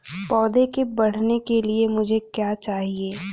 पौधे के बढ़ने के लिए मुझे क्या चाहिए?